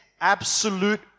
absolute